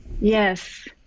Yes